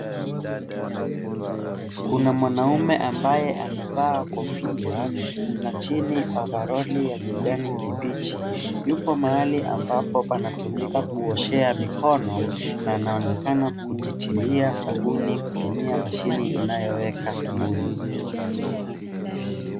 Kuna mwanaume ambaye amevaa kofia na chini ovaroli ya kijani kibichi yupo mahali ambapo panatumika kuoshea mikono na anaonekana kujitilia sabuni kutumia mashini inayoweka sabuni.